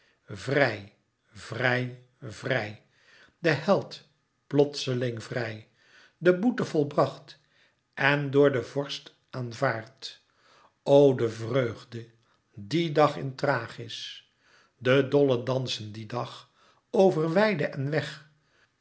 vrij vrij vrij de held plotseling vrij de boete volbracht en door den vorst aanvaard o de vreugde dien dag in thrachis de dolle dansen dien dag over weide en weg